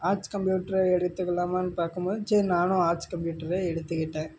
arts computer எடுத்துக்கலாமான்னு பார்க்கும்போது சரி நானும் ஆர்ட்ஸ் கம்ப்யூட்ரே எடுத்துக்கிட்டேன்